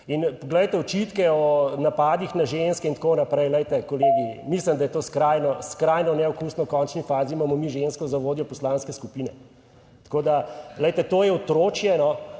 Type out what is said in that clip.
In poglejte očitke o napadih na ženske in tako naprej, glejte, kolegi, mislim, da je to skrajno neokusno. V končni fazi imamo mi žensko za vodjo poslanske skupine. Tako da, glejte, to je otročje.